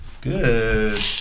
Good